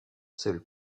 seul